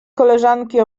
koleżanki